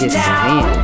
down